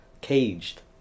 caged